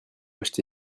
acheté